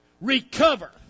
recover